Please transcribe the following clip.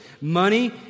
Money